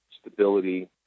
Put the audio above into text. stability